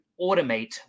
automate